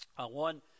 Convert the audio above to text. One